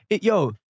Yo